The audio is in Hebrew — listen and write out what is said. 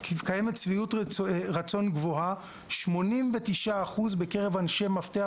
"קיימת שביעות רצון גבוהה 81 אחוז בקרב אנשי מפתח